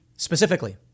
Specifically